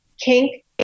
Kink